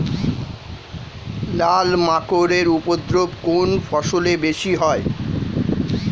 লাল মাকড় এর উপদ্রব কোন ফসলে বেশি হয়?